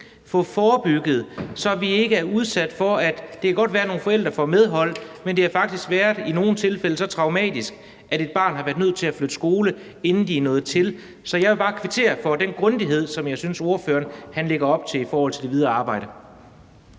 få forebygget. Det kan godt være, at nogle forældre får medhold, men det har i nogle tilfælde faktisk været så traumatisk, at et barn har været nødt til at skifte skole, inden man er nået til en afgørelse. Så jeg vil bare kvittere for den grundighed, som jeg synes ordføreren lægger op til i forhold til det videre arbejde.